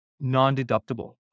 non-deductible